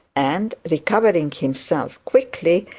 and recovering himself quickly,